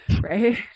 right